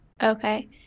Okay